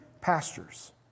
pastures